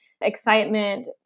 excitement